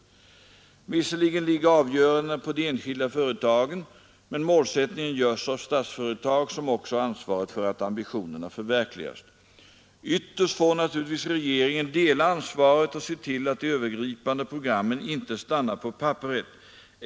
Visserligen ligger avgörandena på de enskilda företagen, men målsättningen görs av Statsföretag, som också har ansvaret för att ambitionerna förverkligas. Ytterst får naturligtvis regeringen dela ansvaret och se till att de övergripande programmen inte stannar på papperet.